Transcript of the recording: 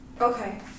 Okay